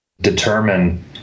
determine